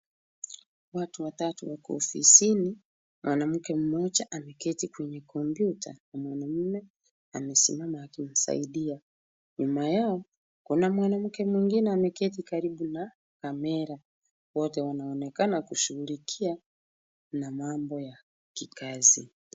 Watu watatu wako ofisini, mwanamke mmoja ameketi kwenye kompyuta na mwanaume amesimama akiwasaidia. Nyuma yao kuna mwanamke mwengine ameketi karibu na kamera wote wanaonekana kushughulikia na mambo ya kikazi.